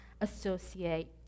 associate